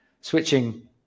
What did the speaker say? switching